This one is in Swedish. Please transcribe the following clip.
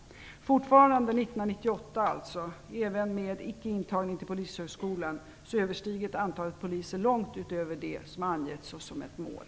Fortfarande 1998, alltså även med icke-intagning till Polishögskolan, överstiger antalet poliser det som angetts som mål.